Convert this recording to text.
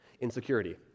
insecurity